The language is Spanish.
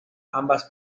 ambas